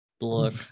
look